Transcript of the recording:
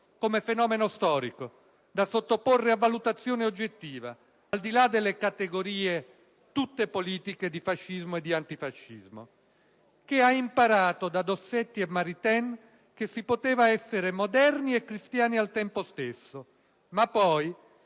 come fenomeno storico, da sottoporre a valutazione oggettiva, al di là delle categorie tutte politiche di fascismo e di antifascismo; che ha imparato da Dossetti e Maritain che si poteva essere moderni e cristiani al tempo stesso. Ma poi,